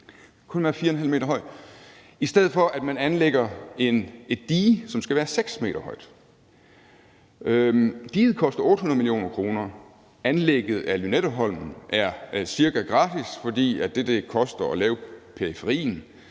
i stedet for at man anlægger et dige, som skal være 6 m højt. Diget koster 800 mio. kr., mens anlægget af Lynetteholmen cirka er gratis, fordi det, det koster at lave periferien,